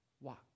walk